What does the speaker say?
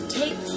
take